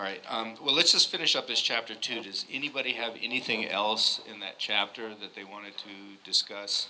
right let's just finish up this chapter two does anybody have anything else in that chapter that they wanted to discuss